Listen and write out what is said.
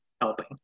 helping